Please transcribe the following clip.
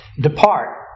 Depart